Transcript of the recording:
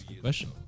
Question